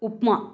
upma